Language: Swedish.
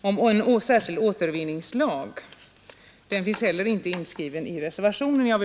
om en särkild återvinningslag. Det kravet finns inte inskrivet i reservationen.